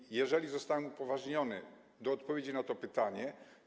I jeżeli zostałem upoważniony do odpowiedzi na to pytanie.